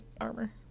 armor